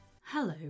Hello